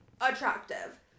attractive